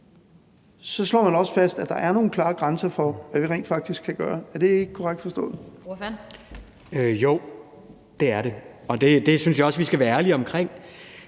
slår man også fast, at der er nogle klare grænser for, hvad vi rent faktisk kan gøre. Er det ikke korrekt forstået? Kl. 20:08 Den fg. formand (Annette Lind): Ordføreren.